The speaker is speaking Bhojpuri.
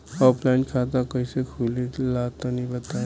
ऑफलाइन खाता कइसे खुले ला तनि बताई?